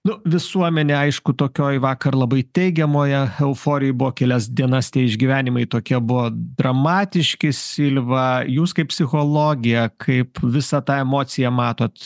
nu visuomenė aišku tokioj vakar labai teigiamoje euforijoj buvo kelias dienas tie išgyvenimai tokie buvo dramatiški silva jūs kaip psichologė kaip visą tą emociją matot